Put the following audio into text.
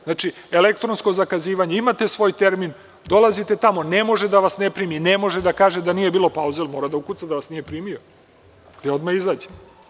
Znači, elektronsko zakazivanje, imate svoj termin, dolazite tamo, ne može da vas ne primi, ne može da kaže da nije bilo pauze, jer mora da ukuca da vas nije primio i odmah izađe.